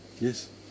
Yes